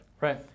Right